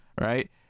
right